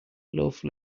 love